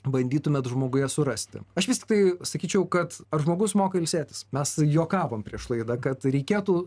bandytumėt žmoguje surasti aš vis tiktai sakyčiau kad žmogus moka ilsėtis mes juokavom prieš laidą kad reikėtų